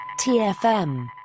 TFM